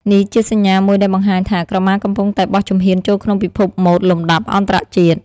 នេះជាសញ្ញាមួយដែលបង្ហាញថា ក្រមាកំពុងតែបោះជំហានចូលក្នុងពិភពម៉ូដលំដាប់អន្តរជាតិ។